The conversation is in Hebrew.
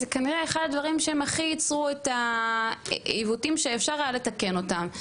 זה כנראה אחד הדברים שהכי יצרו את העיוותים שאפשר היה לתקן אותם.